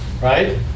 right